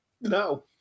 No